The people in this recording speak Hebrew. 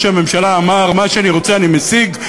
הממשלה אמר: מה שאני רוצה אני משיג,